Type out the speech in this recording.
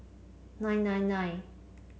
nine nine nine